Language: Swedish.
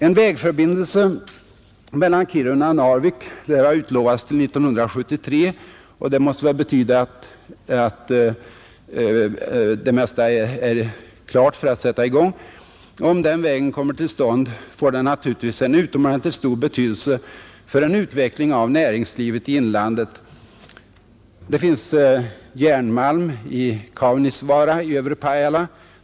En vägförbindelse mellan Kiruna och Narvik lär ha utlovats till 1973, och det måste väl betyda att det mesta är klart för att sätta i gång. Om den vägen kommer till stånd får den naturligtvis en utomordentligt stor betydelse för en utveckling av näringslivet i inlandet. Det finns järnmalm i Kaunisvaara i övre Pajala.